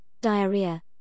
diarrhea